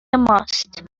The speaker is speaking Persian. ماست